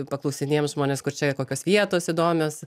paklausinėjam žmones kur čia ir kokios vietos įdomios